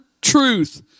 truth